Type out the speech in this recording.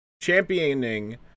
championing